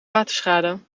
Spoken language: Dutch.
waterschade